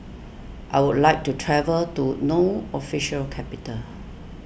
I would like to travel to No Official Capital